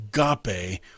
agape